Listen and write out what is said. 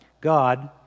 God